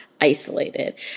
isolated